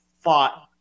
thought